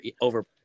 over